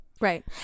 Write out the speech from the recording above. Right